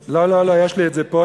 לא, לא, לא, יש לי את זה פה.